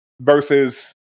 versus